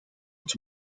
het